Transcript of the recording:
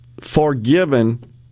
forgiven